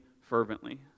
fervently